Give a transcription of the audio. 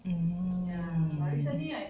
mm